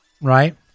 right